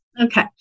Okay